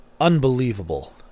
unbelievable